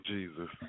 Jesus